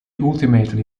ultimately